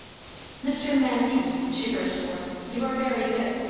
mr. masters, she burst forth, you are very good!